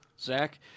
Zach